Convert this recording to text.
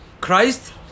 Christ